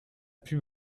plus